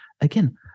again